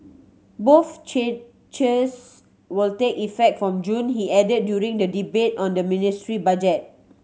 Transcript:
both changes will take effect from June he added during the debate on the ministry budget